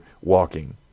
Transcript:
walking